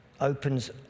opens